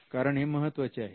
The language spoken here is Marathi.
कारण हे महत्त्वाचे आहे